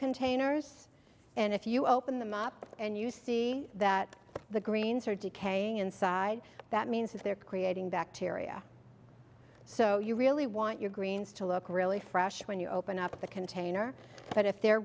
containers and if you open them up and you see that the greens are decaying inside that means that they're creating bacteria so you really want your greens to look really fresh when you open up the container but if they're